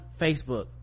facebook